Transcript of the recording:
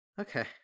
Okay